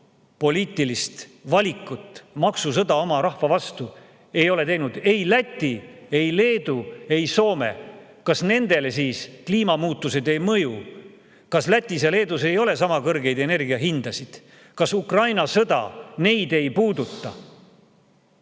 maksupoliitilist valikut, maksusõda oma rahva vastu, ei ole teinud ei Läti, ei Leedu, ei Soome. Kas nendele siis kliimamuutused ei mõju, kas Lätis ja Leedus ei ole sama kõrged energia hinnad, kas Ukraina sõda neid ei puuduta?